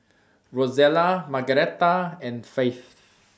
Rozella Margaretta and Faith